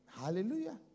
Hallelujah